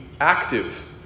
active